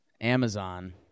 Amazon